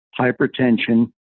hypertension